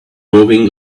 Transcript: growing